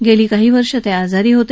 गेली काही वर्ष ते आजारी होते